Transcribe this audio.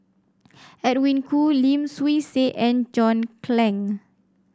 Edwin Koo Lim Swee Say and John Clang